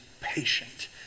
patient